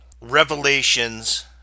revelations